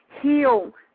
heal